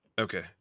Okay